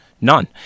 None